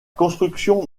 construction